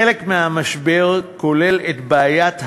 חלק מהמשבר כולל את בעיית השכירות,